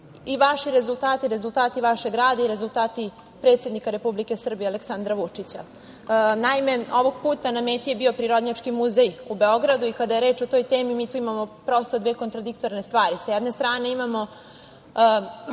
i vaši rezultati, rezultati vašeg rada, rezultati predsednika Republike Srbije Aleksandra Vučića. Naime, ovog puta je na meti bio Prirodnjački muzej u Beogradu. Kada je reč o toj temi imamo prosto dve kontradiktorne stvari, s jedne strane imamo